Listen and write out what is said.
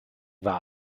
war